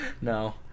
No